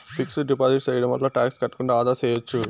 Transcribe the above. fixed deposit సేయడం వల్ల tax కట్టకుండా ఆదా సేయచ్చు